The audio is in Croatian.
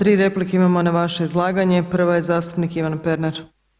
Tri replike imamo na vaše izlaganje, prva je zastupnik Ivan Pernar.